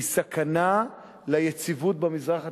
היא סכנה ליציבות במזרח התיכון,